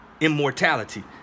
immortality